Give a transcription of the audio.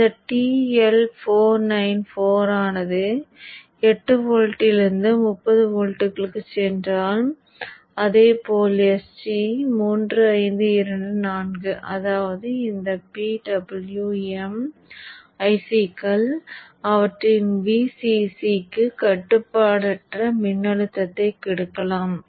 அந்த TL 494 ஆனது 8 வோல்ட்டிலிருந்து 30 வோல்ட்டுகளுக்குச் சென்றால் அதேபோல் SG 3524 அதாவது இந்த PWM ICகள் அவற்றின் Vcc க்கு கட்டுப்பாடற்ற மின்னழுத்தத்தை எடுக்கலாம்